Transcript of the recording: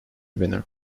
winner